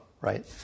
right